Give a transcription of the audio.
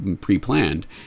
pre-planned